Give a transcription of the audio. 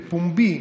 בפומבי,